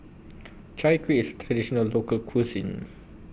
Chai Kueh IS Traditional Local Cuisine